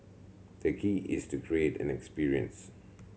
the key is to create an experience